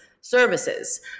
services